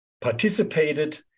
participated